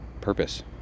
purpose